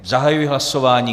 Zahajuji hlasování.